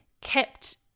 kept